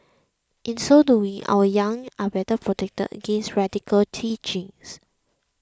in so doing our young are better protected against radical teachings